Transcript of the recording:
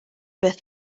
beth